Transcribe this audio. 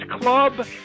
club